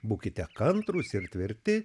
būkite kantrūs ir tvirti